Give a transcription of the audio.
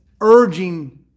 urging